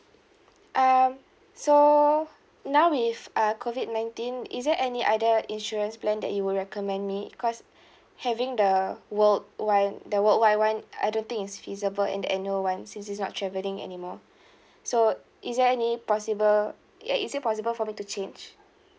um so now with uh COVID nineteen is there any other insurance plan that you would recommend me cause having the world one the worldwide one I don't think is feasible and the annual one since is not travelling anymore so is there any possible ya is it possible for me to change